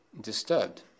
disturbed